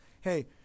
hey